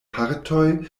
partoj